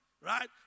right